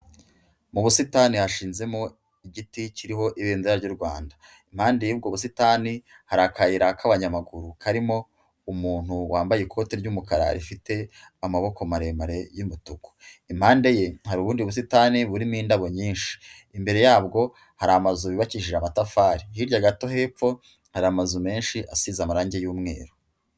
Mu busitani hashizemo igiti kiriho ibendera ry'u Rwanda, impande y'ubwo busitani hari akayira k'abanyamaguru karimo umuntu wambaye ikote ry'umukara rifite amaboko maremare y'umutuku, impande ye hari ubundi busitani burimo indabo nyinshi, imbere yabwo hari amazu yubakishije amatafari hirya gato, hepfo hari amazu menshi asize amarangi y'umweru.